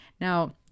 Now